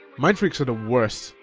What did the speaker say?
mindfreaks are the worst.